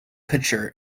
picture